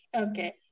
okay